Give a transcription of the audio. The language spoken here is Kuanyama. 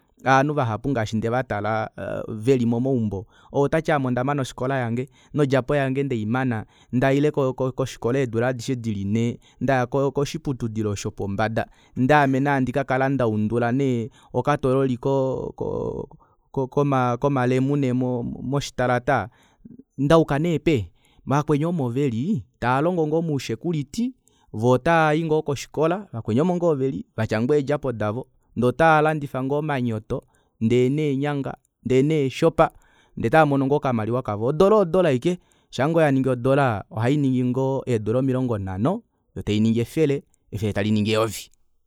Ovanhu vahapu ngaashi ndevatala veli momaumbo outati ame ondamana ofikola yange nondjapo yange ndeimana ndaile kofikola eedula adishe dili nhee ndaya koshiputudilo shopombada ndee aame nee haikakala ndaudula okatololi koo ko- ko komalemune mo street ndayuka neepeni vakweni omo veli tavalongo ngoo mo security voo otavai ngoo kofikola vakweni omo ngoo veli vatya ngoo eedjapo davo ndee otavalandifa ngoo omanyoto ndee neenyanga ndee nesopa ndee otavamono ngoo okamaliwa kavo odora odora ashike shaango yaningi odora ohainingi ngoo edora omilongo nhano yootainingi efele efele taliningi eyovi